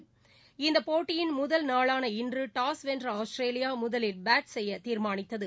வென்ற இந்தபோட்டியின் முதல் நாளான இன்றுடாஸ் ஆஸ்திரேலியாமுதலில் பேட் செய்யதீர்மானித்தது